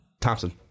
Thompson